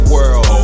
World